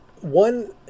one